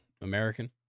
American